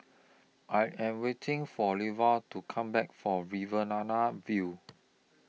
I Am waiting For Lovie to Come Back For View